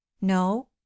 no